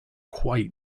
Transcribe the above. quite